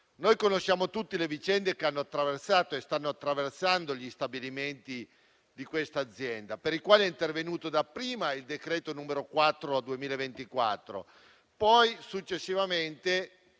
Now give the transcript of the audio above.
noi conosciamo le vicende che hanno attraversato e stanno attraversando gli stabilimenti di questa azienda, per i quali è intervenuto dapprima il decreto n. 4 del 2024, poi il Governo